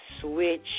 Switch